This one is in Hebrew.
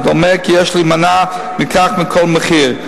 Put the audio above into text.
ודומה כי יש להימנע מכך בכל מחיר.